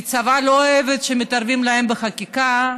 כי הצבא לא אוהב שמתערבים להם בחקיקה,